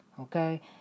Okay